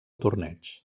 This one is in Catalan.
torneig